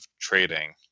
trading